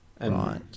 right